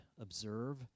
observe